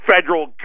federal